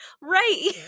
Right